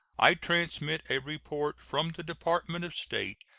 i transmit a report from the department of state,